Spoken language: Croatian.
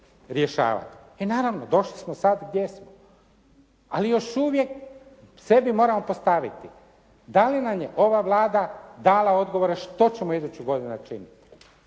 E naravno došli smo sada gdje jesmo. Ali još uvijek sebi moramo postaviti dali nam je ova Vlada dala odgovore što ćemo iduću godinu načiniti?